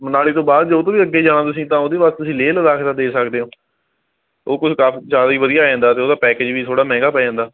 ਮਨਾਲੀ ਤੋਂ ਬਾਅਦ ਜੇ ਉਹ ਤੋਂ ਵੀ ਅੱਗੇ ਜਾਣਾ ਤੁਸੀਂ ਤਾਂ ਉਹਦੇ ਵਾਸਤੇ ਤੁਸੀਂ ਲੇਹ ਲਦਾਖ ਦਾ ਦੇਖ ਸਕਦੇ ਹੋ ਉਹ ਕੁਝ ਕਾ ਜ਼ਿਆਦਾ ਹੀ ਵਧੀਆ ਆ ਜਾਂਦਾ ਅਤੇ ਉਹਦਾ ਪੈਕੇਜ ਵੀ ਥੋੜ੍ਹਾ ਮਹਿੰਗਾ ਪੈ ਜਾਂਦਾ